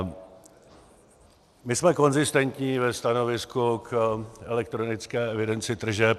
My jsme konzistentní ve stanovisku k elektronické evidenci tržeb.